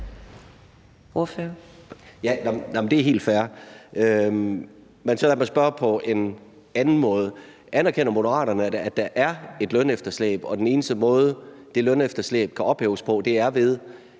(EL): Det er helt fair. Men så lad mig spørge på en anden måde: Anerkender Moderaterne, at der er et lønefterslæb, og at den eneste måde, det lønefterslæb kan ophæves på, er, ved